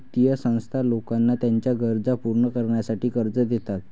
वित्तीय संस्था लोकांना त्यांच्या गरजा पूर्ण करण्यासाठी कर्ज देतात